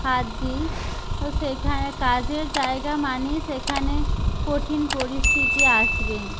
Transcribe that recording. হাত দিই তো সেইখানে কাজের জায়গা মানেই সেখানে কঠিন পরিস্থিতি আসবে